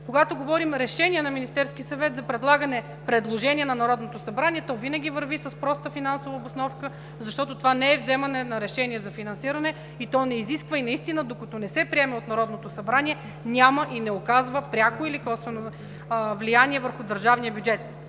Когато говорим за решение на Министерския съвет за предлагане предложение на Народното събрание, то винаги върви с проста финансова обосновка, защото това не е вземане на решение за финансиране, и то не изисква, и докато не се приеме от Народното събрание, няма и не оказва пряко или косвено влияние върху държавния бюджет.